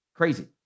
Crazy